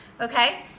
okay